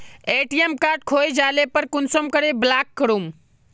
ATM खोये जाले पर कुंसम करे ब्लॉक करूम?